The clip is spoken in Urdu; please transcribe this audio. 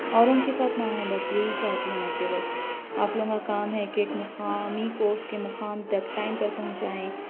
اوروں کے ساتھ نہ ہوں بس یہی چاہتی ہوں میں کہ بس آپ لوگوں کا کام ہے ایک مقامی کو اُس کے مقام تک ٹائم پر پہنچائیں